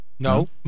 No